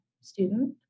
student